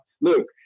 Look